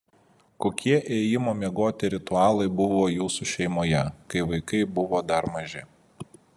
kokie ėjimo miegoti ritualai buvo jūsų šeimoje kai vaikai buvo dar maži